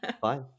Fine